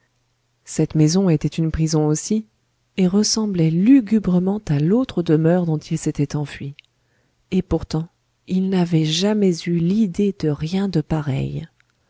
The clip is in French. cette maison était une prison aussi et ressemblait lugubrement à l'autre demeure dont il s'était enfui et pourtant il n'avait jamais eu l'idée de rien de pareil